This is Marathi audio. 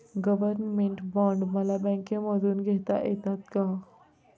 गव्हर्नमेंट बॉण्ड मला बँकेमधून घेता येतात का?